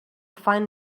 find